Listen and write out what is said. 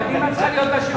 קדימה צריכה להיות בשלטון.